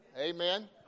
Amen